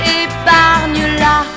épargne-la